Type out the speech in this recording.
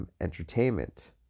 Entertainment